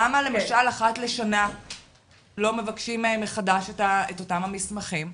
למה למשל אחת לשנה לא מבקשים מהם מחדש את אותם המסמכים?